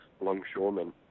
longshoremen